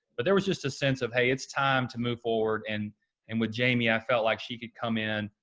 but there was just a sense of, hey, it's time to move forward, and and with jamie, i felt like she could come in,